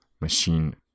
machine